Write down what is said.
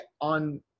on –